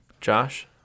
Josh